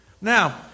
Now